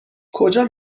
کجا